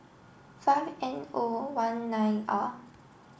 five N O one nine R